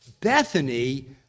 Bethany